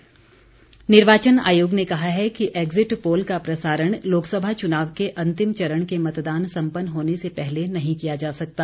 exit poll निर्वाचन आयोग ने कहा है कि एक्जिट पोल का प्रसारण लोकसभा चुनाव के अंतिम चरण के मतदान सम्पन्न होने से पहले नहीं किया जा सकता